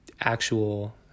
actual